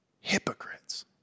hypocrites